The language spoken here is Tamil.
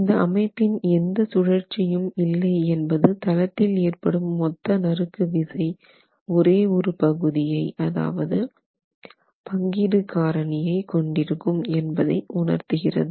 இந்த அமைப்பின் எந்த சுழற்சியும் இல்லை என்பது தளத்தில் ஏற்படும் மொத்த நறுக்கு விசை ஒரே ஒரு பகுதியை அதாவது பங்கீடு காரணி கொண்டிருக்கும் என்பதை உணர்த்துகிறது